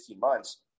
months